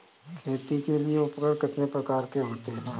खेती के लिए उपकरण कितने प्रकार के होते हैं?